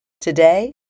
Today